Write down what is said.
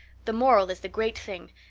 the moral is the great thing.